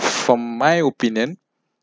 from my opinion